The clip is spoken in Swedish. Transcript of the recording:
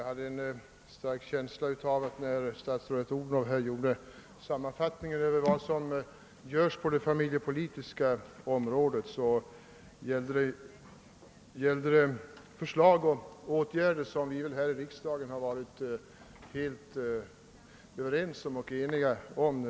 Herr talman! När statsrådet Odhnoff här sammanfattade vad som görs på det familjepolitiska området räknade hon upp förslag och åtgärder som vi här i riksdagen har varit helt överens om.